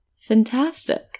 Fantastic